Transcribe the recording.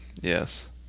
Yes